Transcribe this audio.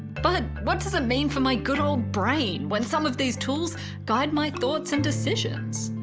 but what does it mean for my good um brain when some of these tools guide my thoughts and decisions?